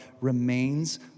remains